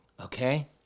okay